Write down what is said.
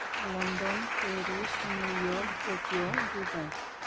London Paris New York Tokyo Dubai